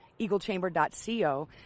EagleChamber.co